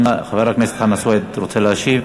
חבר הכנסת חנא סוייד, רוצה להשיב?